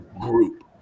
group